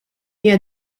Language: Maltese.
hija